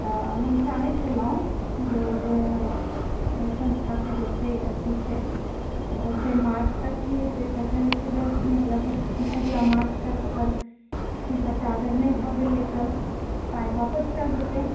हम चाहे छलहुँ जे ओ जे ओ संस्थाके जते अथी छै तऽ ओ फेर मार्च तक की हेतै तऽ कहए छै जे मतलब अगिला मार्च तक ओकर फेर सभटा अगर नहि भए गेलए तऽ पाइ आपिस चलि जेतै